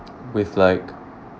with like